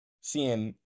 seeing